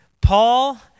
Paul